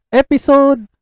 episode